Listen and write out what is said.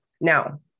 Now